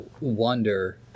wonder